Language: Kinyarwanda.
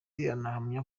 ahamya